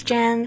Jen